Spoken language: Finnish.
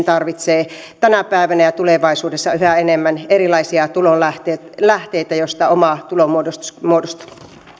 tarvitsee tänä päivänä ja tulevaisuudessa yhä enemmän erilaisia tulonlähteitä joista oma tulonmuodostus muodostuu